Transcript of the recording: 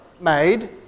made